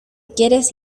quieres